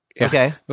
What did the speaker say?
Okay